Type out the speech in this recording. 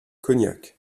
cognac